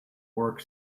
work